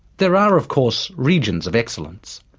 there are of course regions of excellence.